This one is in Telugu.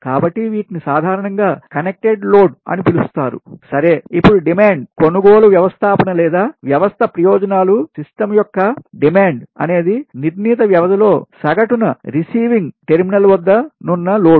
కాబట్టి వీటిని సాధారణంగా కనెక్టెడ్ లోడ్ అని పిలుస్తారు సరే ఇప్పుడు డిమాండ్ కొనుగోలు వ్యవస్థాపన లేదా వ్యవస్థ ప్రయోజనాలు సిస్టమ్ యొక్క సంస్థాపన యొక్క డిమాండ్ అనేది నిర్ణీత వ్యవధిలో సగటున రిసీవింగ్ receiving స్వీకరించే టెర్మినల్స్ వద్ద నున్న లోడ్